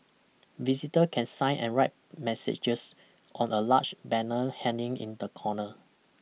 visitor can sign and write messages on a large banner hanging in the corner